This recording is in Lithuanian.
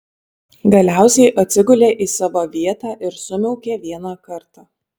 galiausiai atsigulė į savo vietą ir sumiaukė vieną kartą